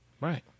Right